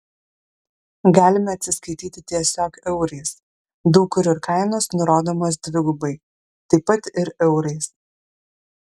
galime atsiskaityti tiesiog eurais daug kur ir kainos nurodomos dvigubai taip pat ir eurais